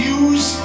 use